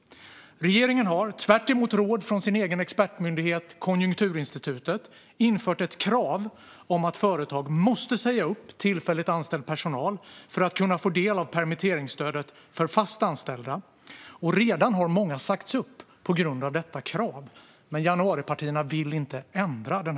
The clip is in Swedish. Regeringen har, tvärtemot råd från sin egen expertmyndighet Konjunkturinstitutet, infört ett krav på att företag måste säga upp tillfälligt anställd personal för att få del av permitteringsstödet för fast anställda. Många har redan sagts upp på grund av detta krav. Men januaripartierna vill inte ändra regeln.